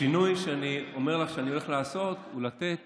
השינוי שאני אומר לך שאני הולך לעשות הוא לתת